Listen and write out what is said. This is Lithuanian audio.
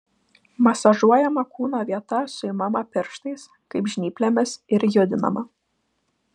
masažuojama kūno vieta suimama pirštais kaip žnyplėmis ir judinama